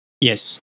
Yes